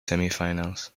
semifinals